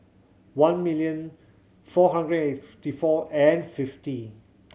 one million four hundred eighty four and fifty